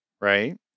right